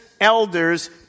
elders